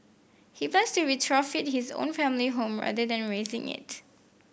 he plans to retrofit his own family home rather than razing it